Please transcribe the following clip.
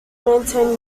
maintain